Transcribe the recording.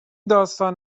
داستان